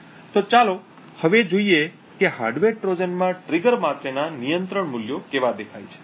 તો ચાલો હવે જોઈએ કે હાર્ડવેર ટ્રોજનમાં ટ્રિગર માટેના નિયંત્રણ મૂલ્યો કેવા દેખાય છે